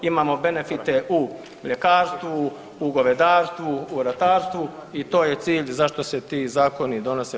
Imamo benefite u mljekarstvu, u govedarstvu, u ratarstvu i to je cilj zašto se ti zakoni donose.